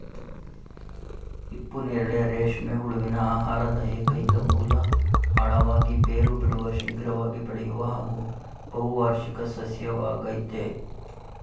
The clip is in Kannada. ಹಿಪ್ಪುನೇರಳೆ ರೇಷ್ಮೆ ಹುಳುವಿನ ಆಹಾರದ ಏಕೈಕ ಮೂಲ ಆಳವಾಗಿ ಬೇರು ಬಿಡುವ ಶೀಘ್ರವಾಗಿ ಬೆಳೆಯುವ ಹಾಗೂ ಬಹುವಾರ್ಷಿಕ ಸಸ್ಯವಾಗಯ್ತೆ